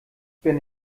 bin